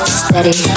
steady